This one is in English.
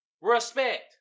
Respect